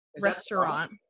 restaurant